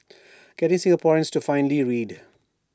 getting Singaporeans to finally read